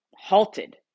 halted